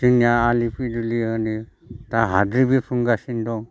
जोंनिया आलि फुदुलि दा हाद्रि बिरफुंगासिनो दं